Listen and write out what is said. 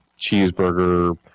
cheeseburger